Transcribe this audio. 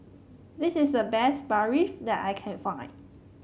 this is the best Barfi that I can find